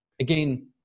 Again